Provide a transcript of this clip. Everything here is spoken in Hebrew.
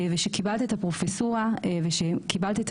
וכשקיבלת את הפרופסורה ושקיבלת את